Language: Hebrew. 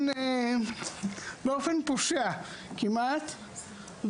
באופן פושע כמעט.